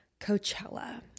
Coachella